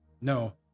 No